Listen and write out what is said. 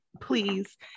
Please